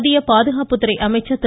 மத்திய பாதுகாப்பு துறை அமைச்சர் திரு